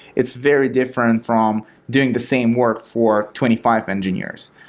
it's very different from doing the same work for twenty five engineers.